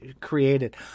created